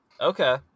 Okay